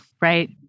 Right